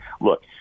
Look